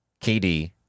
KD